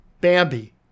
Bambi